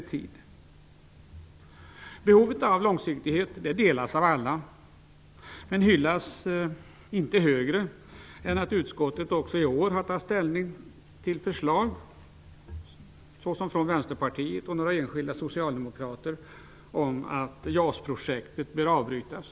Alla är eniga om behovet av långsiktighet, men det hyllas inte mer än att utskottet också i år har att ta ställning till förslag från Vänsterpartiet och några enskilda socialdemokrater om att JAS-projektet bör avbrytas.